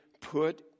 put